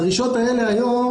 הדרישות האלה היום,